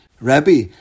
Rabbi